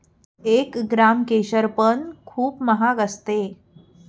एक ग्राम केशर पण खूप महाग असते